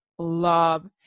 Love